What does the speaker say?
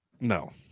No